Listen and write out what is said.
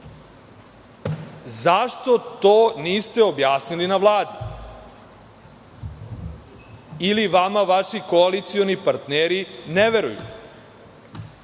Zašto to niste objasnili na Vladi, ili vama vaši koalicioni partneri ne veruju?